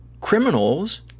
criminals